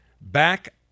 Back